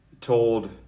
told